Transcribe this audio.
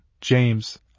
James